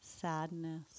sadness